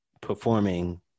performing